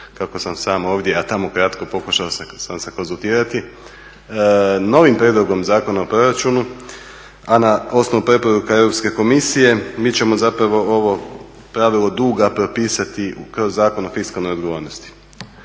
kako sam sam ovdje a tamo kratko, pokušao sam se konzultirati. Novim prijedlogom Zakon o proračunu a na osnovu preporuka Europske komisije mi ćemo zapravo ovo pravilo duga propisati kroz Zakon o fiskalnoj odgovornosti.